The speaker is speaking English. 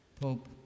Pope